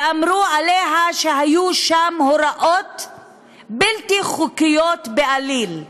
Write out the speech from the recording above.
ואמרו עליה שהיו שם הוראות בלתי חוקיות בעליל.